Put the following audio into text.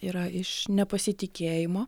yra iš nepasitikėjimo